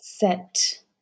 set